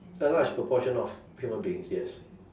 a large proportion of human beings yes